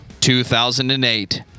2008